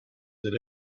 that